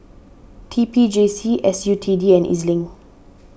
T P J C S U T D and E Z link